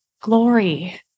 glory